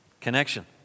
Connection